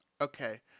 Okay